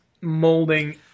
molding